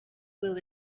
will